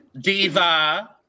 diva